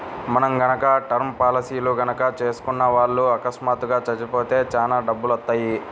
మనం గనక టర్మ్ పాలసీలు గనక చేసుకున్న వాళ్ళు అకస్మాత్తుగా చచ్చిపోతే చానా డబ్బులొత్తయ్యి